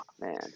Man